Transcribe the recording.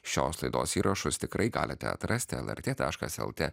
šios laidos įrašus tikrai galite atrasti lrt taškas lt